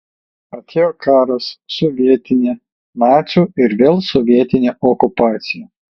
atėjo karas sovietinė nacių ir vėl sovietinė okupacija